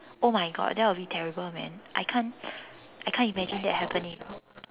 oh my God that would terrible man I can't I can't imagine that happening